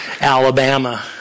Alabama